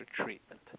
treatment